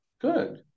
good